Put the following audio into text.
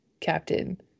captain